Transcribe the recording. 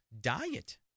diet